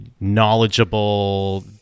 knowledgeable